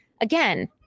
again